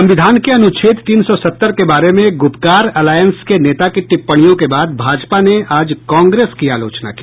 संविधान के अनुच्छेद तीन सौ सत्तर के बारे में गुपकार अलायंस के नेता की टिप्पणियों के बाद भाजपा ने आज कांग्रेस की आलोचना की